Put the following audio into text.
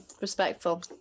respectful